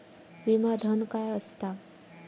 विमा धन काय असता?